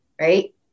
right